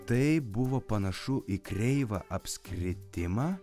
tai buvo panašu į kreivą apskritimą